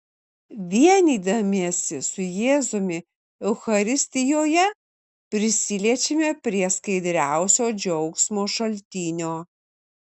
vienydamiesi su jėzumi eucharistijoje prisiliečiame prie skaidriausio džiaugsmo šaltinio